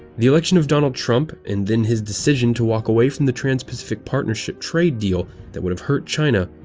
the election of donald trump, and then his decision to walk away from the trans pacific partnership trade deal that would have hurt china,